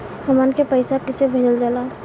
हमन के पईसा कइसे भेजल जाला?